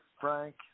Frank